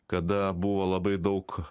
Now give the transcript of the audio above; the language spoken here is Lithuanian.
kada buvo labai daug